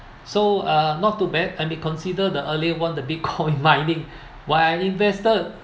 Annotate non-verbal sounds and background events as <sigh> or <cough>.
so uh not too bad and be consider the early one the <laughs> bitcoin mining while I invested